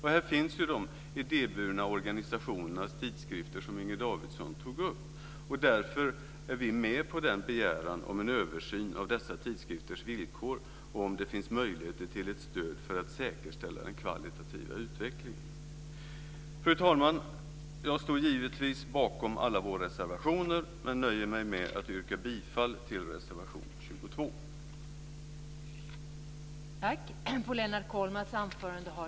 Här finns de idéburna organisationernas tidskrifter, som Inger Davidson tog upp. Därför är vi med på begäran om en översyn av dessa tidskrifters villkor och om det finns möjligheter till ett stöd för att säkerställa den kvalitativa utvecklingen. Fru talman! Jag står givetvis bakom alla våra reservationer men nöjer mig med att yrka bifall till reservation 11 under punkt 22.